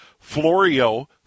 Florio